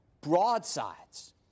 broadsides